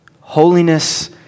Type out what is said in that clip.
Holiness